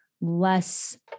less